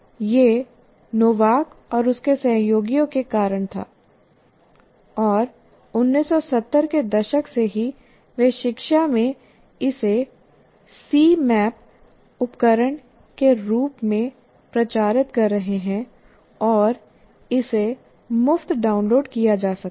यह नोवाक और उसके सहयोगियों के कारण था और 1970 के दशक से ही वे शिक्षा में इसे सीएमएपी उपकरण के रूप में प्रचारित कर रहे हैं और इसे मुफ्त डाउनलोड किया जा सकता है